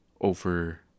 Over